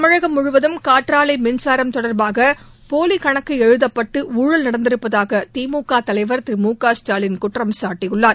தமிழகம் முழுவதும் காற்றாலை மின்சாரம் தொடர்பாக போலி கணக்கு எழுதப்பட்டு ஊழல் நடந்திருப்பதாக திமுக தலைவர் திரு மு க ஸ்டாலின் குற்றம்சாட்டியுள்ளார்